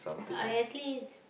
I actually